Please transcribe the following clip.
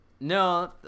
No